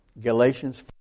Galatians